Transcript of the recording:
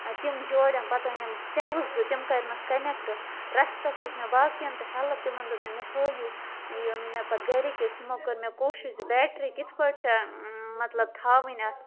تِم جوڑٮ۪م پَتہٕ أنٮ۪م سیلہٕ زٕ تِم کَرمَس کَنٮ۪کٹہٕ رَژھِ رَژھِ ہیٚژ مےٚ باقیَن تہِ ہیلٕپ تِمَن دوٚپ مےٚ مےٚ ہٲوِو یہِ مےٚ پَتہٕ گَرِکِۍ ٲس تِمو کٔر مےٚ کوٗشِش زِ بیٹری کِتھٕ پٲٹھۍ چھِ مطلب تھاوٕنۍ اَتھ